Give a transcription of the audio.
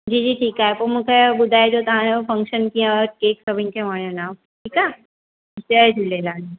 जी जी ठीकु आहे पोइ मूंखे ॿुधाएजो तव्हांजो फ़ंक्शन कीअं वियो केक सभिनि खे वणयो न ठीकु आहे जय झूलेलाल